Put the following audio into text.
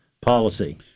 policy